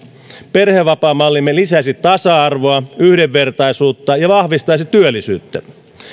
perhevapaamallimme lisäisi tasa arvoa ja yhdenvertaisuutta ja vahvistaisi työllisyyttä